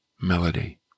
melody